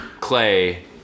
clay